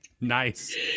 Nice